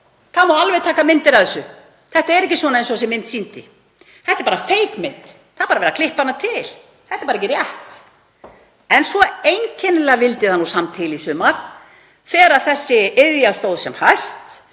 Það má alveg taka myndir af þessu. Þetta er ekki eins og þessi mynd sýndi. Þetta er bara „feik“ mynd. Það er bara verið að klippa hana til. Þetta er bara ekki rétt. En svo einkennilega vildi til að í sumar þegar þessi iðja stóð sem hæst